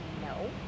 No